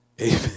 Amen